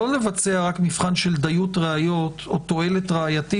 לא לבצע רק מבחן של דיות ראיות או תועלת ראייתית,